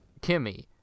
Kimmy